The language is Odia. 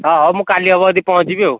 ହଁ ହଉ ମୁଁ କାଲି ହେବ ଯଦି ପହଞ୍ଚିବି ଆଉ